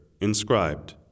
inscribed